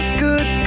good